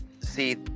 see